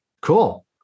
Cool